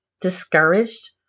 discouraged